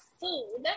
food